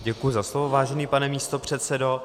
Děkuji za slovo, vážený pane místopředsedo.